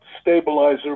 stabilizer